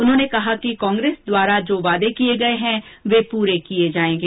उन्होंने कहा कि कांग्रेस द्वारा जो वादे किये गये हैं वो पूरे किये जायेंगे